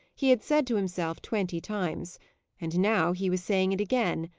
he had said to himself twenty times and now he was saying it again,